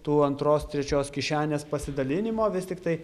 tų antros trečios kišenės pasidalinimo vis tiktai